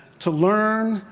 to learn,